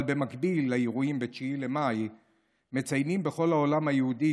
אבל במקביל לאירועים ב-9 במאי מציינים בכל העולם היהודי,